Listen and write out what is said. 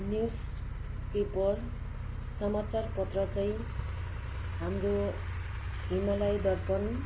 news paper समाचार पत्र चाहिँ हाम्रो हिमालय दर्पण